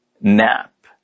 nap